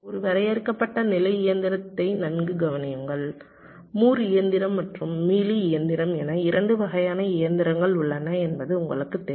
ஒரு வரையறுக்கப்பட்ட நிலை இயந்திரத்தை நன்கு கவனியுங்கள் மூர் இயந்திரம் மற்றும் மீலி இயந்திரம் என 2 வகையான இயந்திரங்கள் உள்ளன என்பது உங்களுக்குத் தெரியும்